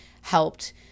helped